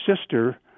sister